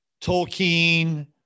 Tolkien